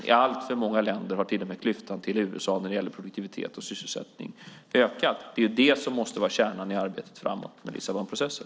I alltför många länder har till och med klyftan till USA när det gäller produktivitet och sysselsättning ökat. Det är det som måste vara kärnan i arbetet framåt med Lissabonprocessen.